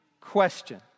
question